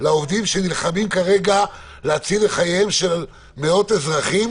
לעובדים שנלחמים כרגע להציל את חייהם של מאות אזרחים